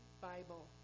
Bible